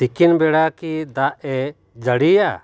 ᱛᱤᱠᱤᱱ ᱵᱮᱲᱟ ᱠᱤ ᱫᱟᱜ ᱮ ᱡᱟᱲᱤᱭᱟ